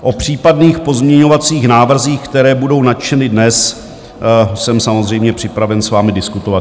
O případných pozměňovacích návrzích, které budou načteny dnes, jsem samozřejmě připraven s vámi diskutovat.